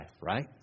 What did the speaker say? right